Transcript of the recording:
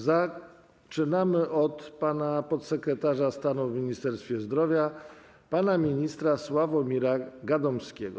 Zaczynamy od podsekretarza stanu w Ministerstwie Zdrowia pana ministra Sławomira Gadomskiego.